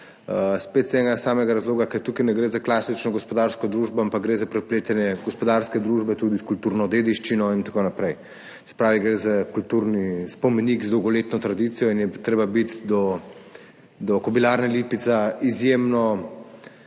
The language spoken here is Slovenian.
spet iz enega samega razloga, ker tukaj ne gre za klasično gospodarsko družbo, ampak gre za prepletanje gospodarske družbe s kulturno dediščino in tako naprej. Gre za kulturni spomenik z dolgoletno tradicijo in je treba biti do Kobilarne Lipica izjemno